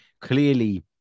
clearly